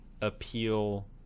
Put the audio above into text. appeal